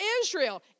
Israel